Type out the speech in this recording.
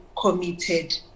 committed